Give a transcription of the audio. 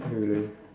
really